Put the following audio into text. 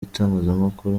itangazamakuru